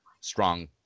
strong